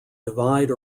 divide